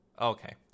Okay